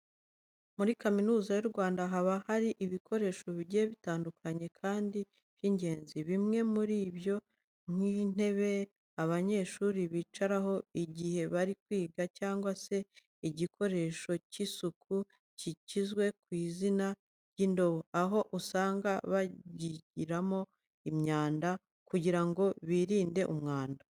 Muri Kaminuza y'u Rwanda, haba hari ibikoresho bigiye bitandukanye kandi by'ingenzi. Bimwe muri byo ni nk'intebe abanyeshuri bicaraho igihe bari kwiga cyangwa se igikoresho cy'isuku kizwi ku izina ry'indobo, aho usanga bagishyiramo imyanda kugira ngo birinde umwanda.